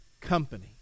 company